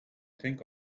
think